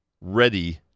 ready